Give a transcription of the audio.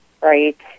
right